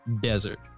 desert